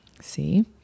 See